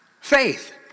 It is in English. Faith